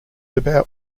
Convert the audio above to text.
about